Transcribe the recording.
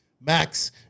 Max